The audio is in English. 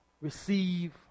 receive